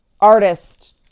artist